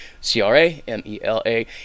C-R-A-M-E-L-A